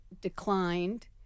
declined